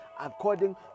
according